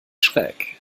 schräg